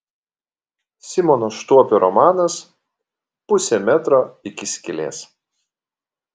simono štuopio romanas pusė metro iki skylės